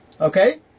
Okay